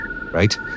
right